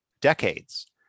decades